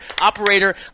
operator